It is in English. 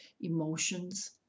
emotions